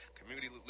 community